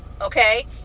okay